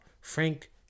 Frank